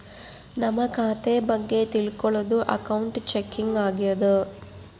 ನಮ್ ಖಾತೆ ಬಗ್ಗೆ ತಿಲ್ಕೊಳೋದು ಅಕೌಂಟ್ ಚೆಕಿಂಗ್ ಆಗ್ಯಾದ